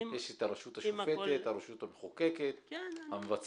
יש את הרשות השופטת, הרשות המחוקקת, המבצעת.